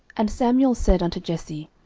and samuel said unto jesse,